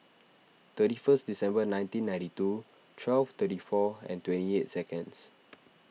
thirty first December nineteen ninety two twelve thirty four and twenty eight seconds